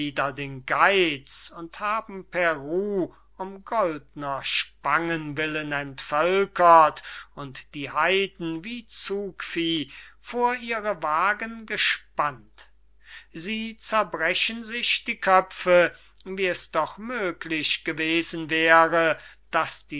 den geiz und haben peru um gold'ner spangen willen entvölkert und die heyden wie zugvieh vor ihre wagen gespannt sie zerbrechen sich die köpfe wie es doch möglich gewesen wäre daß